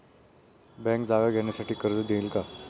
Bank जागा घेण्यासाठी कर्ज देईल का?